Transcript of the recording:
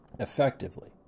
effectively